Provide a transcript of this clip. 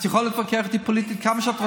את יכולה להתווכח איתי פוליטית כמה שאת רוצה.